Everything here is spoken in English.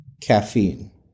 Caffeine